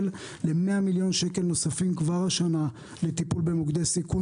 ל-100 מיליון שקל כבר השנה לטיפול במוקדי סיכון.